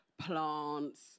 plants